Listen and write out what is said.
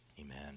amen